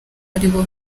aribo